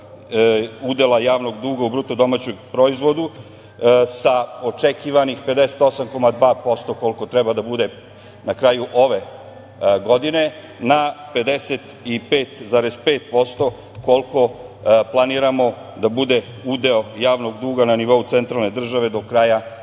udela javnog duga u BDP-u sa očekivanih 58,2%, koliko treba da bude na kraju ove godine, na 55,5%, koliko planiramo da bude udeo javnog duga na nivou centralne države do kraja naredne